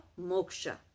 moksha